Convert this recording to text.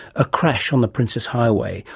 a crash on the prince's highway,